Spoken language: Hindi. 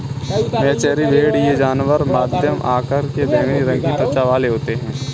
मेचेरी भेड़ ये जानवर मध्यम आकार के बैंगनी रंग की त्वचा वाले होते हैं